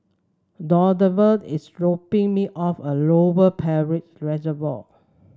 Donavan is dropping me off at Lower Peirce Reservoir